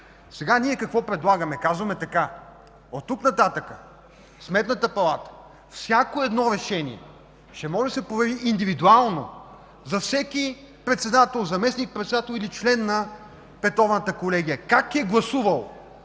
Ние какво предлагаме сега? Казваме така, че от тук нататък в Сметната палата всяко решение ще може да се провери индивидуално за всеки председател, заместник-председател или член на петорната колегия – как е гласувал